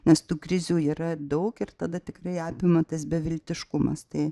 nes tų krizių yra daug ir tada tikrai apima tas beviltiškumas tai